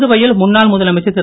புதுவையில் முன்னாள் முதலமைச்சர் திரு